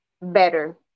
better